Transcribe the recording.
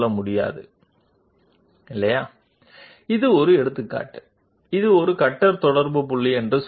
ఇది ఒక ఉదాహరణ ఇది ఒక కట్టర్ కాంటాక్ట్ పాయింట్ అని చెప్పండి ఇది ఒక కట్టర్ కాంటాక్ట్ పాయింట్ అని చెప్పండి